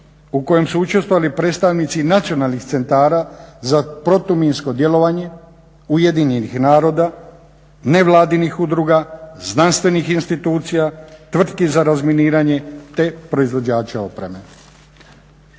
u kojem su učestvovali predstavnici nacionalnih centara za protuminsko djelovanje UN-a, nevladinih udruga, znanstvenih institucija, tvrtki za razminiranje te proizvođača opreme.